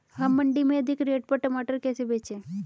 हम मंडी में अधिक रेट पर टमाटर कैसे बेचें?